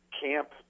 camp